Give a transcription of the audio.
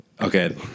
Okay